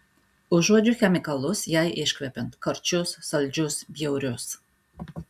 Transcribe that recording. užuodžiu chemikalus jai iškvepiant karčius saldžius bjaurius